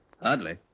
Hardly